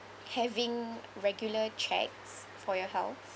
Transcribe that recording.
having regular checks for your health